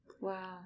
Wow